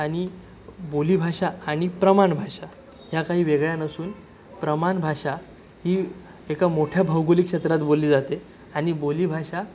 आणि बोलीभाषा आणि प्रमाण भाषा ह्या काही वेगळ्या नसून प्रमाण भाषा ही एका मोठ्या भौगोलिक क्षेत्रात बोलली जाते आणि बोलीभाषा